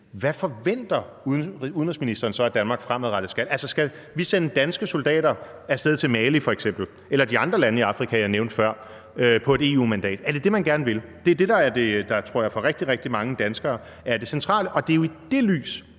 hvad udenrigsministeren så forventer Danmark fremadrettet skal. Altså, skal vi sende danske soldater til f.eks. Mali eller de andre lande i Afrika, jeg nævnte før, på et EU-mandat? Er det det, man gerne vil? Det er det, der, tror jeg, for rigtig, rigtig mange danskere er det centrale. Det er jo i det lys,